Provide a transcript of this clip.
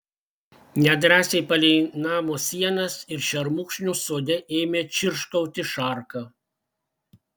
nedrąsiai palei namo sienas ir šermukšnius sode ėmė čirškauti šarka